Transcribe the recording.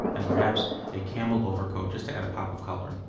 and perhaps a camel overcoat just to add a pop of color,